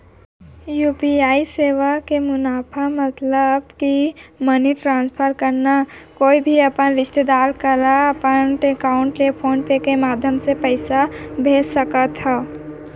UPI सेवा के मुनाफा ल बतावव?